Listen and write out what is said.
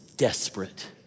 desperate